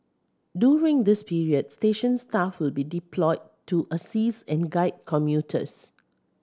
during this period station staff will be deployed to assist and guide commuters